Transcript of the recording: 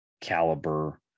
caliber